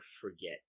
forget